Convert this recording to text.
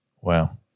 Wow